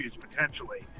potentially